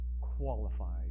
qualified